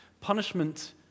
Punishment